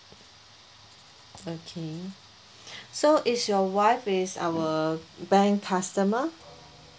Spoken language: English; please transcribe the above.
okay so is your wife is our bank customer